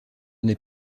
n’est